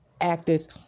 actors